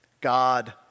God